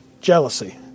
Jealousy